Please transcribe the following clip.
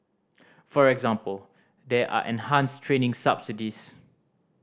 for example there are enhanced training subsidies